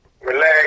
relax